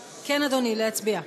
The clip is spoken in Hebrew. כן, אדוני, להצביע.